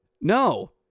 No